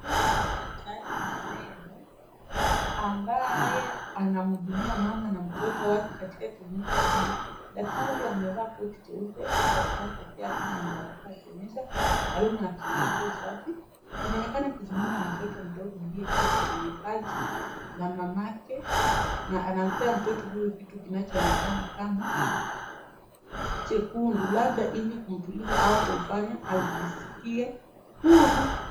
Huyu ni daktari wa meno, ambaye anamhudumia mama na mtoto wake katika kliniki ya meno. Daktari huyu amevaa koti jeupe la daktari, kofia ya kinga na barakoa ikionyesha taaluma na kuzingatia usafi. Anaonekana akizungumza na mtoto mdogo aliyeketi kwenye paji la mamake, na anampea mtoto huyu kitu kinachoonekana kama chekundu labda ili kumtuliza ama kufanya ajisikie huru.